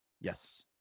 Yes